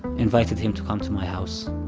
invited him to come to my house.